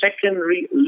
secondary